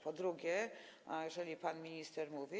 Po drugie, jeżeli pan minister mówi.